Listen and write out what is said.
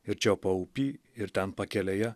ir čia paupy ir ten pakelėje